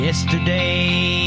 Yesterday